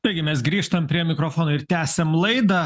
taigi mes grįžtam prie mikrofono ir tęsiam laidą